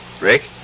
Rick